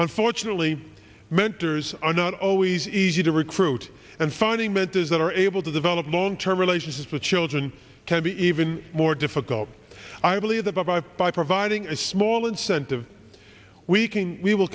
unfortunately mentors are not always easy to recruit and finding mentors that are able to develop long term relationships with children can be even more difficult i believe the bible by providing a small incentive we can we will